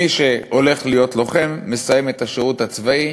מי שהולך להיות לוחם, מסיים את השירות הצבאי